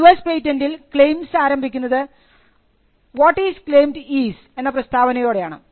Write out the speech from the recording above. US പേറ്റന്റിൽ claims ആരംഭിക്കുന്നത് what is claimed is എന്ന പ്രസ്താവനയോടെയാണ്